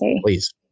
please